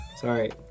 Sorry